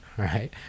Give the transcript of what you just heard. right